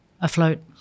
afloat